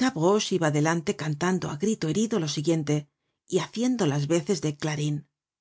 gavroche iba delante cantando á grito herido lo siguiente y haciendo las veces de clarin pues ya